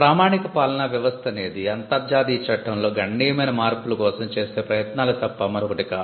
ప్రామాణిక పాలన అనేది అంతర్జాతీయ చట్టంలో గణనీయమైన మార్పులు కోసం చేసే ప్రయత్నాలు తప్ప మరొకటి కాదు